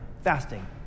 fasting